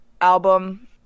album